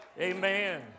Amen